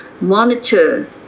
monitor